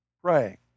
praying